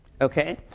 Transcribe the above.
Okay